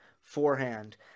forehand